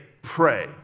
pray